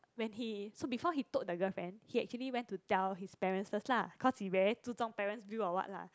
when he so before he told the girlfriend he actually went to tell his parents first lah because he very 注重 parent view or what lah